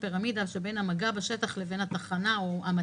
הפירמידה שבין המגע בשטח לבין התחנה או המטה.